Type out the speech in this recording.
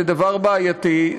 זה דבר בעייתי,